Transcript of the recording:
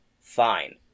fine